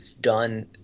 done